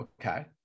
Okay